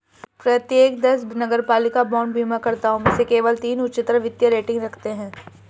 प्रत्येक दस नगरपालिका बांड बीमाकर्ताओं में से केवल तीन उच्चतर वित्तीय रेटिंग रखते हैं